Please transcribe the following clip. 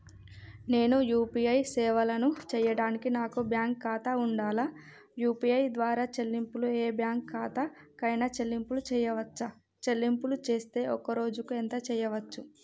నేను యూ.పీ.ఐ సేవలను చేయడానికి నాకు బ్యాంక్ ఖాతా ఉండాలా? యూ.పీ.ఐ ద్వారా చెల్లింపులు ఏ బ్యాంక్ ఖాతా కైనా చెల్లింపులు చేయవచ్చా? చెల్లింపులు చేస్తే ఒక్క రోజుకు ఎంత చేయవచ్చు?